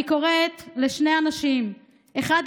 אני קוראת לשני אנשים: האחד,